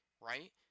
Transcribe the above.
right